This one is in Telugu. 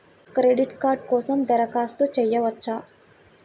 క్రెడిట్ కార్డ్ కోసం దరఖాస్తు చేయవచ్చా?